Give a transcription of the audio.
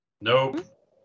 nope